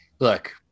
Look